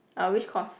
uh which course